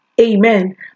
Amen